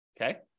Okay